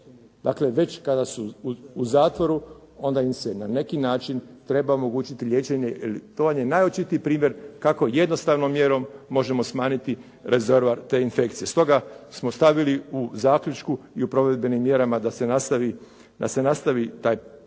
Dakle, već kada su u zatvoru, onda im se na neki način treba omogućiti liječenje jer to vam je najočitiji primjer kako jednostavnom mjerom možemo smanjiti rezervoar te infekcije. Stoga smo stavili u zaključku i u provedbenim mjerama da se nastavi taj